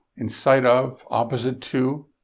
in sight of, opposite to.